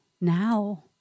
now